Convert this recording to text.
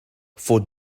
for